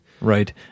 Right